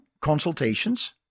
consultations